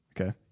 Okay